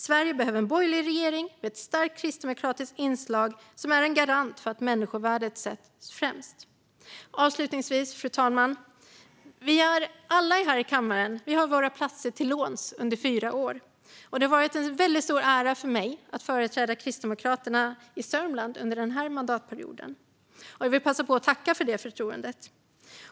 Sverige behöver en borgerlig regering, med ett starkt kristdemokratiskt inslag som en garant för att människovärdet sätts främst. Avslutningsvis, fru talman: Alla vi här i kammaren har våra platser till låns under fyra år. Det har varit en stor ära för mig att få företräda Kristdemokraterna i Sörmland under den här mandatperioden, och jag vill passa på att tacka för det förtroendet.